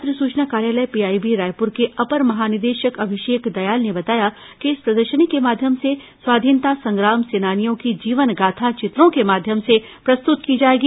पत्र सूचना कार्यालय पीआईबी रायपुर के अपर महानिदेशक अभिषेक दयाल ने बताया कि इस प्रदर्शनी के माध्यम से स्वाधीनता संग्राम सेनानियों की जीवनगाथा चित्रों के माध्यम से प्रस्तुत की जाएगी